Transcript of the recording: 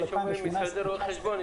תמיד כשאומרים משרדי רואי חשבון אני